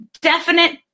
definite